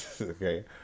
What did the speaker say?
Okay